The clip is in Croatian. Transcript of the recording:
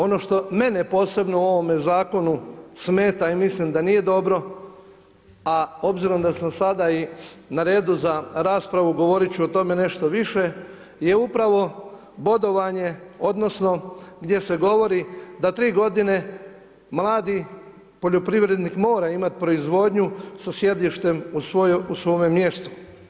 Ono što mene posebno u ovome zakonu smeta i mislim da nije dobro a obzirom da sam sada i na redu za raspravu govorit ću o tome nešto više, je upravo bodovanje odnosno gdje se govori da tri godine mladi poljoprivrednik mora imati proizvodnju sa sjedištem u svome mjestu.